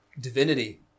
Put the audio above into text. divinity